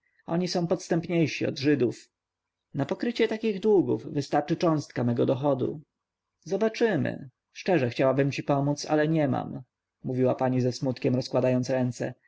oni są podstępniejsi od żydów na pokrycie takich długów wystarczy cząstka mego dochodu zobaczymy szczerze chciałabym ci pomóc ale nie mam mówiła pani ze smutkiem rozkładając ręce